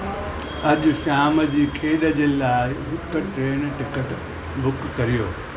अॼु शाम जी खेड जे लाइ हिकु ट्रेन टिकट बुक करियो